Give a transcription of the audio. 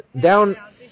down